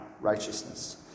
righteousness